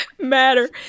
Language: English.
matter